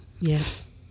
Yes